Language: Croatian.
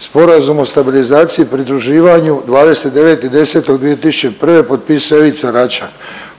Sporazum o stabilizaciji i pridruživanju 29.10.2001. potpisao je Ivica Račan.